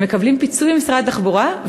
הם מקבלים פיצוי ממשרד התחבורה,